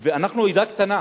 אנחנו עדה קטנה,